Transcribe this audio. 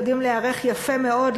יודעים להיערך יפה מאוד,